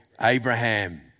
Abraham